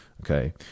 Okay